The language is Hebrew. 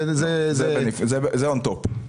זה און טופ.